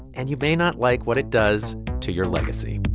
and you may not like what it does to your legacy